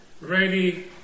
ready